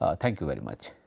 ah thank you very much.